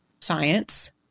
science